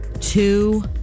two